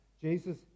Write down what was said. Jesus